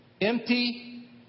empty